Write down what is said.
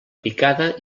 picada